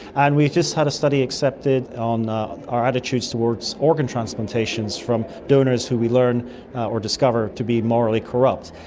and we've just had a study accepted on our attitudes towards organ transplantations from donors who we learn or discover to be morally corrupt.